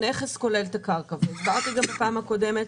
הנכס כולל את הקרקע, והסברתי גם בפעם הקודמת